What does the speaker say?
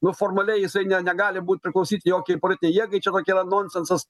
nu formaliai jisai ne negali būt priklausyt jokiai politinei jėgai čia tokie yra nonsensas